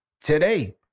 today